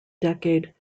decade